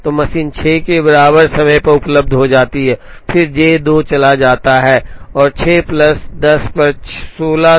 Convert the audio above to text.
तो मशीन 6 के बराबर समय पर उपलब्ध हो जाती है और फिर J 2 चला जाता है और 6 प्लस 10 पर 16 समय इकाइयों के बराबर आता है J 2 बाहर आता है